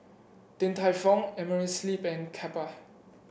Din Tai Fung Amerisleep and Kappa